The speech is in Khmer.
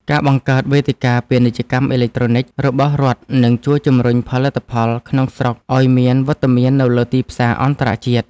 ការបង្កើតវេទិកាពាណិជ្ជកម្មអេឡិចត្រូនិចរបស់រដ្ឋនឹងជួយជម្រុញផលិតផលក្នុងស្រុកឱ្យមានវត្តមាននៅលើទីផ្សារអន្តរជាតិ។